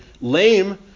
lame